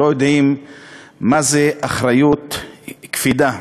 לא יודעים מה זו אחריות קפידה,